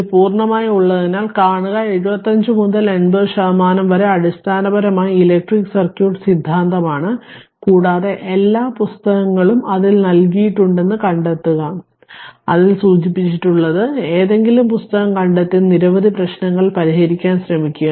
ഇത് പൂർണ്ണമായും ഉള്ളതിനാൽ കാണുക 75 മുതൽ 80 ശതമാനം വരെ അടിസ്ഥാനപരമായി ഇലക്ട്രിക് സർക്യൂട്ട് സിദ്ധാന്തമാണ് കൂടാതെ എല്ലാ നല്ല പുസ്തകങ്ങളും അതിൽ നൽകിയിട്ടുണ്ടെന്ന് കണ്ടെത്തുക അതിൽ സൂചിപ്പിച്ചിട്ടുള്ളത് ഏതെങ്കിലും പുസ്തകം കണ്ടെത്തി നിരവധി പ്രശ്നങ്ങൾ പരിഹരിക്കാൻ ശ്രമിക്കുക